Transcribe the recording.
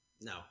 No